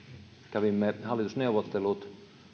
kävimme hallitusneuvottelut